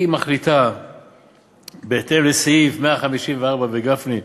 היא מחליטה בהתאם לסעיף 154, גפני,